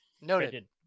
Noted